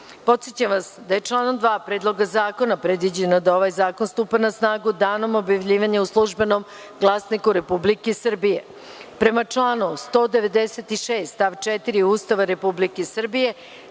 vas da je članom 41. Predloga zakona predviđeno da ovaj zakon stupa na snagu danom objavljivanja u „Službenom glasniku Republike Srbije“.Prema članu 196. stav 4. Ustava Republike Srbije